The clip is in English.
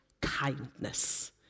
kindness